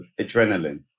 adrenaline